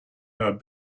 her